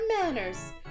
manners